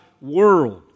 world